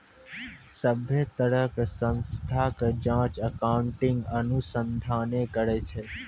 सभ्भे तरहो के संस्था के जांच अकाउन्टिंग अनुसंधाने करै छै